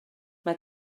mae